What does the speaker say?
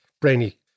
brainy